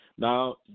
Now